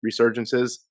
resurgences